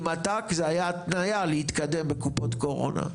עם את"ק זה היה התניה להתקדם בקופות קורונה.